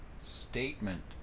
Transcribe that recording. statement